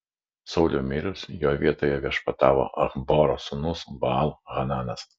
sauliui mirus jo vietoje viešpatavo achboro sūnus baal hananas